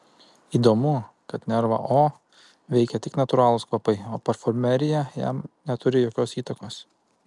įdomu kad nervą o veikia tik natūralūs kvapai o parfumerija jam neturi jokios įtakos